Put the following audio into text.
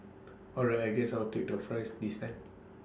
all right I guess I'll take the fries this time